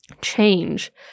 change